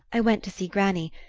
i went to see granny,